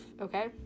Okay